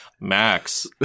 max